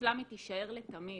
אצלם היא תישאר לתמיד.